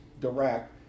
direct